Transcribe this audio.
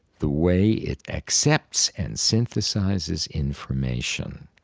the way it accepts and synthesizes information,